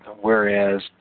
Whereas